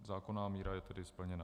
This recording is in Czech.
Zákonná míra je tedy splněna.